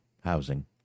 housing